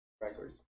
records